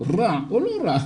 רע או לא רע,